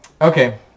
Okay